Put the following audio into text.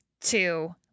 two